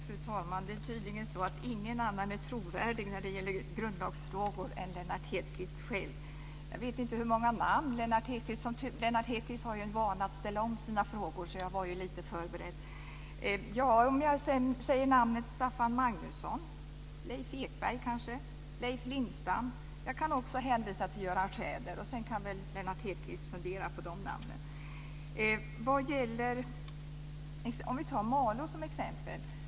Fru talman! Det är tydligen så att ingen annan är trovärdig när det gäller grundlagsfrågor än Lennart Hedquist själv. Han har ju för vana att ställa om sina frågor, så jag var lite förberedd. Om jag säger namnen som Staffan Magnusson, Leif Ekberg, Leif Lindstam och hänvisar till Göran Schäder kan Lennart Hedquist fundera på de namnen. Låt oss ta Malå kommun som exempel.